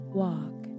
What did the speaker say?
walk